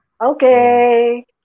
okay